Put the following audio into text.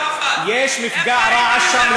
כלב ערפאת, יש מפגע רעש שם.